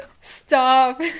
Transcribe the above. Stop